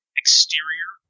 exterior